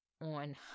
on